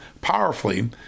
powerfully